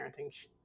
parenting